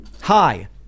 Hi